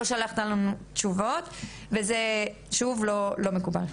אבל לא שלחתם לנו תשובות וזה שוב, לא מקובל.